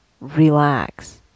relax